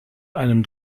einem